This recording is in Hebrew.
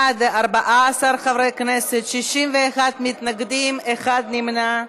בעד, 14 חברי כנסת, 61 מתנגדים, אחד נמנע.